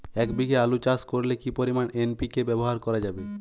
এক বিঘে আলু চাষ করলে কি পরিমাণ এন.পি.কে ব্যবহার করা যাবে?